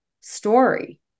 story